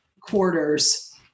quarters